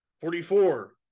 Forty-four